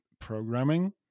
programming